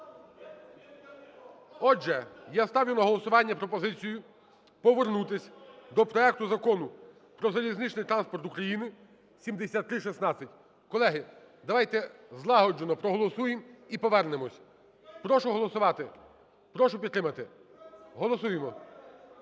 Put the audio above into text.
Отже, я ставлю на голосування пропозицію повернутися до проекту Закону про залізничний транспорт України (7316). Колеги, давайте злагоджено проголосуємо і повернемося. Прошу голосувати. Прошу підтримати. Голосуємо.